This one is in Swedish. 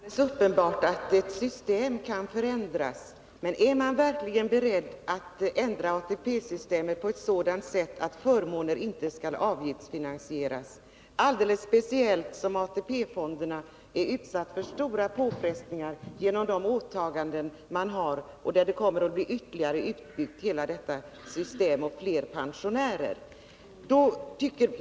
Herr talman! Det är alldeles uppenbart att ett system kan förändras. Men är man verkligen beredd att ändra ATP-systemet på ett sådant sätt att förmåner inte skall avgiftsfinansieras, alldeles speciellt som ATP-fonderna är utsatta för stora påfrestningar genom de åtaganden man har gjort? Detta kommer att bli än mer påtagligt när systemet blivit ytterligare utbyggt och vi fått fler pensionärer.